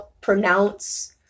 pronounce